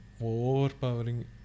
overpowering